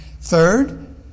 Third